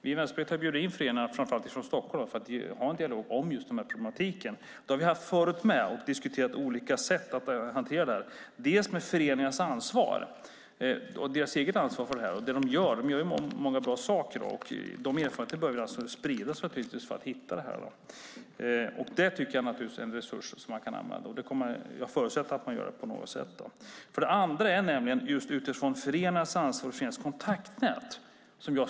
Vi i Vänsterpartiet har bjudit in föreningarna framför allt från Stockholm för att ha en dialog om just ordningsproblematiken. Det har vi haft förut också och diskuterat olika sätt att hantera det här, bland annat föreningarnas eget ansvar och det de gör. De gör många bra saker, och de erfarenheterna behöver alltså spridas för att vi ska hitta lösningar. Det tycker jag naturligtvis är en resurs som man kan använda. Jag förutsätter att man gör det på något sätt. Det andra är nämligen, just utifrån föreningarnas ansvar, att det finns kontaktnät när det gäller det förebyggande arbetet.